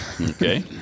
okay